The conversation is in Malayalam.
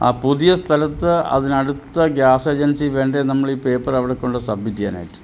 ആ പുതിയ സ്ഥലത്ത് അതിന് അടുത്ത ഗ്യാസ് ഏജൻസി വേണ്ടെ നമ്മൾ ഈ പേപ്പർ അവിടെ കൊണ്ട് സബ്മിറ്റ് ചെയ്യാനായിട്ട്